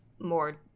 more